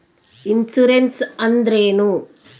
Insurance ಅಂದ್ರೇನು?